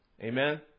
Amen